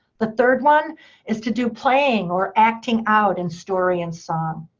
the third one is to do playing, or acting out in story and song.